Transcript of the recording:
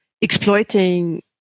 exploiting